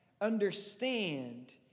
understand